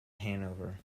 hanover